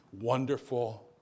Wonderful